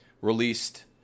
released